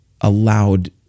allowed